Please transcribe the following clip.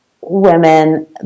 women